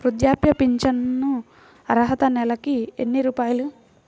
వృద్ధాప్య ఫింఛను అర్హత నెలకి ఎన్ని రూపాయలు?